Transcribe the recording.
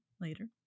later